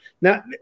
Now